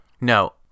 No